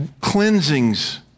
cleansings